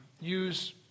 use